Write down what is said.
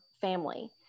family